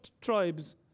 tribes